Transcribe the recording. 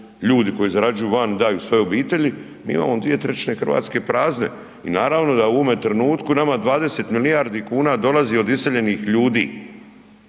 ljudi koji zarađuju van i daju svojoj obitelji mi imao dvije trećine Hrvatske prazne. I naravno da u ovome trenutku nama 20 milijardi kuna dolazi od iseljenih ljudi